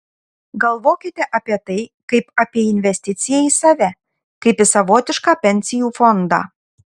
galvokite apie tai kaip apie į investiciją į save kaip į savotišką pensijų fondą